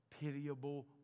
pitiable